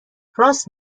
راست